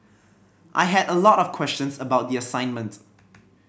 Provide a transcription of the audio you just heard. I had a lot of questions about the assignment